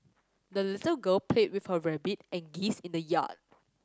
the little girl played with her rabbit and geese in the yard